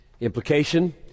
Implication